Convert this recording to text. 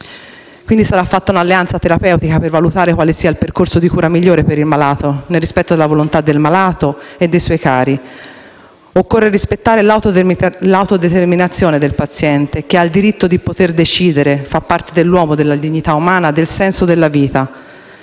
Quindi sarà fatta un'alleanza terapeutica per valutare quale sia il percorso di cura migliore per il malato, nel rispetto della volontà sua e dei suoi cari. Occorre rispettare l'autodeterminazione del paziente, che ha il diritto di poter decidere: ciò appartiene all'uomo, alla dignità umana e al senso della vita.